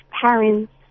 parents